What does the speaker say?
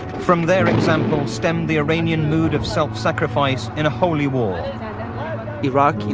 from their example stemmed the iranian mood of self-sacrifice in a holy war iraq, you